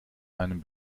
einem